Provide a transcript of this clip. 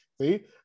see